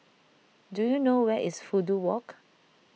do you know where is Fudu Walk